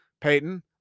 Peyton